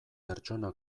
pertsona